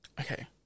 Okay